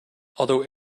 although